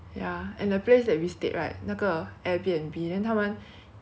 有人专门开那个门关那个门的 of like the main lobby